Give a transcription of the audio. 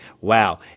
wow